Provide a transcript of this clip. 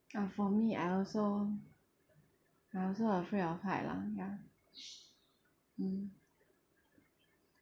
uh for me I also I also afraid of height lah ya mm